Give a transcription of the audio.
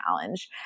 challenge